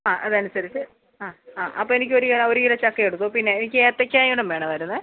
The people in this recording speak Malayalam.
ആ അതനുസരിച്ച് ആ ആ അപ്പം എനിക്കൊരു ഒരു കിലോ ചക്കയെടുത്തോ പിന്നെ എനിക്ക് ഏത്തക്കായും കൂടെ വേണമായിരുന്നെ